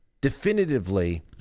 definitively